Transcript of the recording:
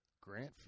Grant